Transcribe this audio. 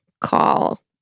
call